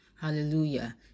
Hallelujah